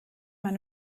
man